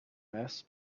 mass